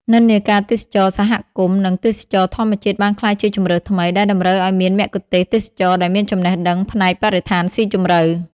និន្នាការទេសចរណ៍សហគមន៍ និងទេសចរណ៍ធម្មជាតិបានក្លាយជាជម្រើសថ្មី ដែលតម្រូវឱ្យមានមគ្គុទ្ទេសក៍ទេសចរណ៍ដែលមានចំណេះដឹងផ្នែកបរិស្ថានស៊ីជម្រៅ។